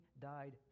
died